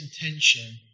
intention